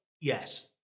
Yes